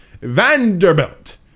Vanderbilt